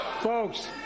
folks